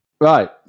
Right